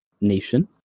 nation